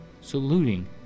saluting